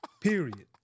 Period